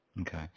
Okay